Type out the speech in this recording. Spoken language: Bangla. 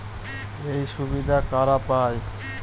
এই সুবিধা কারা পায়?